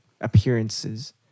appearances